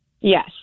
yes